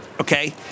okay